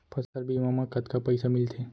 फसल बीमा म कतका पइसा मिलथे?